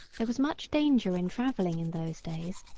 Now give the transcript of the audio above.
there was much danger in travelling in those days,